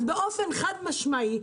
באופן חד-משמעי,